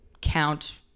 count